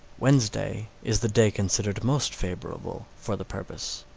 wednesday is the day considered most favorable for the purpose.